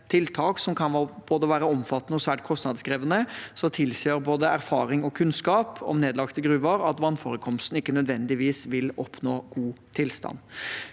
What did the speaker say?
tiltak som kan være både omfattende og svært kostnadskrevende, tilsier både erfaring og kunnskap om nedlagte gruver at vannforekomstene ikke nødvendigvis vil oppnå god tilstand.